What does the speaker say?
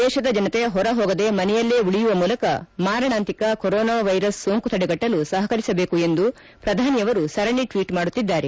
ದೇಶದ ಜನತೆ ಹೊರ ಹೋಗದೆ ಮನೆಯಲ್ಲೇ ಉಳಿಯುವ ಮೂಲಕ ಮಾರಣಾಂತಿಕ ಕೊರೋನಾ ವೈರಸ್ ಸೋಂಕು ತಡೆಗಟ್ಟಲು ಸಹಕರಿಸಬೇಕು ಎಂದು ಪ್ರಧಾನಿಯವರು ಸರಣಿ ಟ್ವೀಟ್ ಮಾಡುತ್ತಿದ್ದಾರೆ